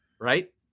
right